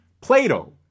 Plato